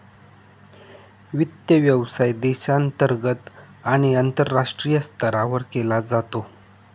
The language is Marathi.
वित्त व्यवसाय देशांतर्गत आणि आंतरराष्ट्रीय स्तरावर केला जातो